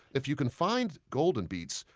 if you can find golden beets,